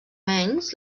menys